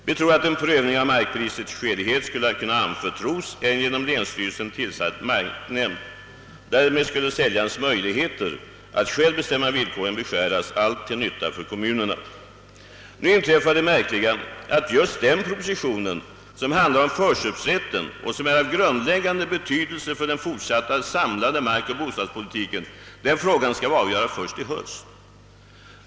Vi anser att en prövning av markprisets skälighet skulle kunna anförtros en genom länsstyrelsen tillsatt marknämnd. Därmed skulle säljarens möjligheter att själv bestämma villkoren beskäras, allt till nytta för kommunerna. Nu inträffar det märkliga att just den proposition som behandlar förköpsrätten och som är av grundläggande betydelse för den fortsatta samlade markoch bostadspolitiken skall behandlas först i höst.